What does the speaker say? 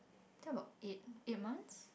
I think about eight eight months